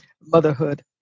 motherhood